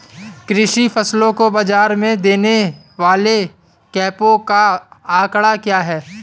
कृषि फसलों को बाज़ार में देने वाले कैंपों का आंकड़ा क्या है?